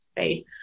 Right